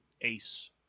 ace